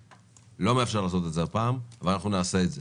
לא מאפשר לעשות את זה הפעם ואנחנו נעשה את זה.